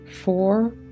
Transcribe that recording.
four